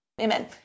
Amen